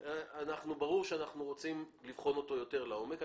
ברור שאנחנו רוצים לבחון אותו יותר לעומק.